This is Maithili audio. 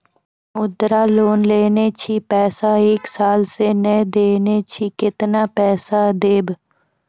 मुद्रा लोन लेने छी पैसा एक साल से ने देने छी केतना पैसा देब?